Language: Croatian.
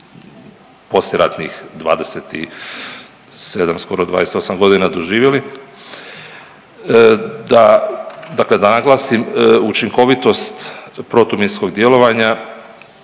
poslijeratnih 27 skoro 28 godina doživjeli, da dakle da naglasim učinkovitost protuminskog djelovanja